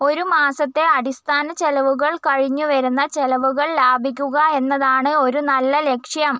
ഒരു മാസത്തെ അടിസ്ഥാന ചിലവുകൾ കഴിഞ്ഞു വരുന്ന ചിലവുകൾ ലാഭിക്കുക എന്നതാണ് ഒരു നല്ല ലക്ഷ്യം